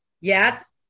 Yes